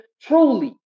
truly